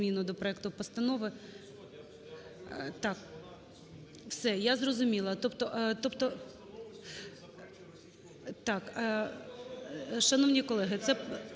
зрозуміла.